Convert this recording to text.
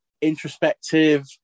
Introspective